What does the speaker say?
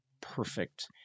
perfect